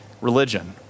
religion